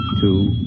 two